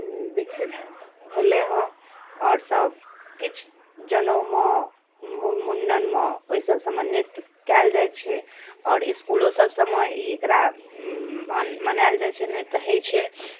ओ बिकसित भेलैहँ आओर सभ किछु जनउमे मु मुण्डनमे ओहि सभमे नृत्य कयल जाइत छै आओर इसकूलो सभ सबमे ई एकरामे मनाएल जाइत छै नृत्य होइत छै